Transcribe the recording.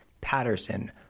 Patterson